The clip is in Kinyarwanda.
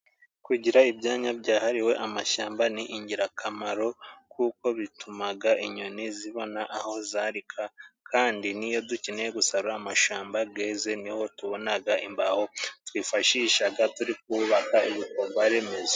Kugira ibyanya byahariwe amashyamba ni ingirakamaro kuko bitumaga inyoni zibona aho zarika kandi n'iyo dukeneye gusarura amashamba gaze, niho tubonaga imbaho twifashishaga turi kubaka ibikorwaremezo.